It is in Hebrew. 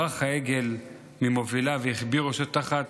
ברח העגל ממוביליו והחביא ראשו תחת